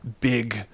big